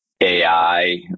AI